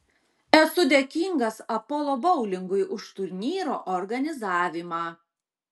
esu dėkingas apollo boulingui už turnyro organizavimą